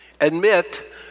admit